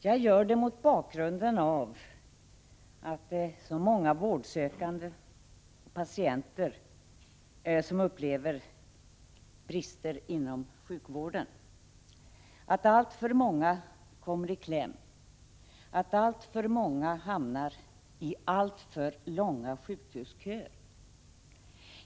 Jag gör det mot bakgrund av att det är så många vårdsökande patienter som upplever brister inom sjukvården, att alltför många kommer i kläm, att alltför många hamnar i alltför långa sjukhusköer.